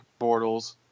Bortles